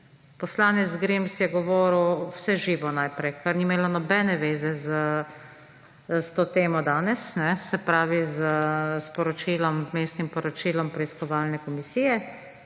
Poslanec Grims je govoril vse živo najprej, kar ni imelo nobene zveze s to temo danes, se pravi z vmesnim poročilom preiskovalne komisije.